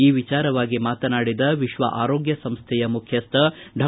ಈ ವಿಚಾರವಾಗಿ ಮಾತನಾಡಿದ ವಿಶ್ವ ಆರೋಗ್ಯ ಸಂಸ್ಥೆ ಮುಖ್ಯಕ್ಷ ಡಾ